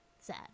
sad